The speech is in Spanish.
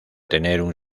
tener